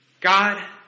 God